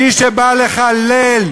מי שבא לחלל,